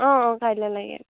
অ অ কাইলৈ লাগে